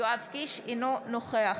אינו נוכח